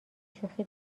شوخی